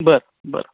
बरं बरं